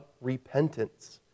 repentance